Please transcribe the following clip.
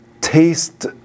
taste